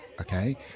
Okay